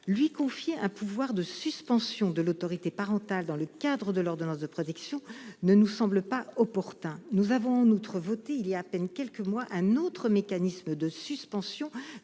Lui confier un pouvoir de suspension de l'autorité parentale dans le cadre de l'ordonnance de protection ne nous semble pas opportun. Nous avons voté, il y a à peine quelques mois, un autre mécanisme, de suspension